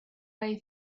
way